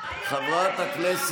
לצד הסטודנטית דימה חוסאם ח'ליל,